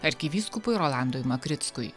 arkivyskupui rolandui makrickui